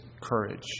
courage